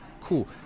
cool